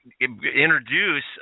introduce